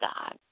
God